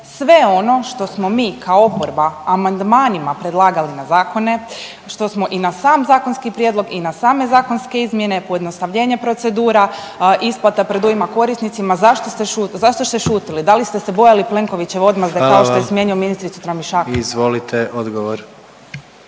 sve ono što smo mi kao oporba amandmanima predlagali na zakone, što smo i na sam zakonski prijedlog i na same zakonske izmjene, pojednostavljenje procedura, isplata predujma korisnicima, zašto ste šutili? Da li ste se bojali Plenkovićeve odmazde kao što .../Upadica: Hvala vam./...